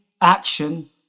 action